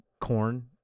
corn